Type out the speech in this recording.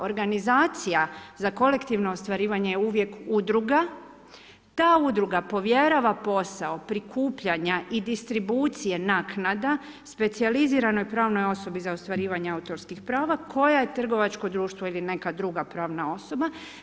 Organizacija za kolektivno ostvarivanje je uvijek udruga, ta udruga povjerava posao prikupljanja i distribucije naknada, specijaliziranoj pravnoj osobi za ostvarivanje autorskih prava, koja trgovački društvo ili neka druga pravna osoba.